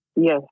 Yes